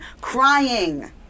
crying